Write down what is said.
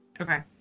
Okay